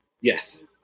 yes